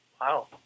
Wow